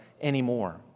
anymore